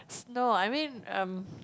no I mean um